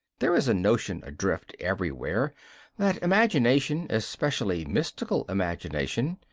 there is a notion adrift everywhere that imagination, especially mystical imagination,